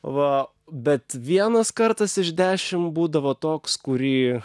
va bet vienas kartas iš dešim būdavo toks kurį